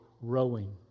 rowing